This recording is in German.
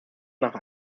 nach